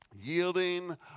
yielding